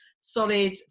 solid